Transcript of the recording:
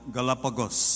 Galapagos